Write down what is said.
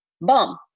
Bum